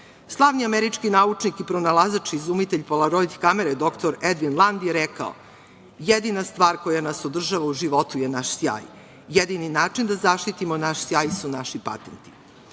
svih. Slavni američki naučnik i pronalazač, izumitelj Polaroid kamere, doktor Edin Land je rekao, jedina stvar koja nas održava u životu je naš sjaj, jedini način da zaštitimo naš sjaj su naši patenti.